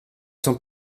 sont